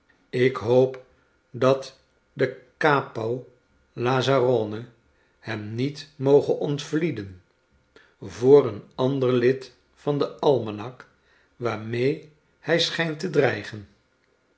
ik hoop dat de capo lazzarone hem niet moge ontvlieden voor een ander lid van den almanak waar mee hij schijnt te dreigen